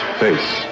face